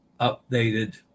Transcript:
updated